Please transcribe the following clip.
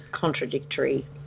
contradictory